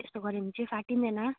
त्यस्तो गर्यो भने चाहिँ फाटिँदैन